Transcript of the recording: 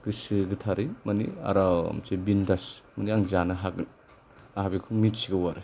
गोसो गोथारै मानि आरामसे बिनदास मानि आं जानो हागोन आहा बेखौ मिथिगौ आरो